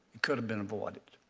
could've been avoided.